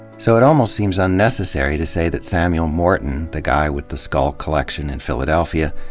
so, it almost seems unnecessary to say that samuel morton, the guy with the skull collection in philadelphia,